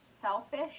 selfish